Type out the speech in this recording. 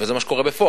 וזה מה שקורה בפועל.